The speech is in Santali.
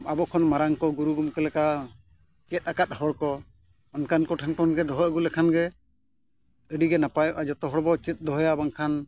ᱟᱵᱚ ᱠᱷᱚᱱ ᱢᱟᱨᱟᱝ ᱠᱚ ᱜᱩᱨᱩ ᱜᱚᱢᱠᱮ ᱞᱮᱠᱟ ᱪᱮᱫ ᱟᱠᱟᱫ ᱦᱚᱲᱠᱚ ᱚᱱᱠᱟᱱ ᱠᱚᱴᱷᱮᱱ ᱠᱷᱚᱱ ᱜᱮ ᱫᱚᱦᱚ ᱟᱹᱜᱩ ᱞᱮᱠᱷᱟᱱ ᱜᱮ ᱟᱹᱰᱤᱜᱮ ᱱᱟᱯᱟᱭᱚᱜᱼᱟ ᱡᱚᱛᱚ ᱦᱚᱲ ᱵᱚᱱ ᱪᱮᱫ ᱫᱚᱦᱚᱭᱟ ᱵᱟᱝᱠᱷᱟᱱ